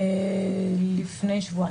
לפני שבועיים.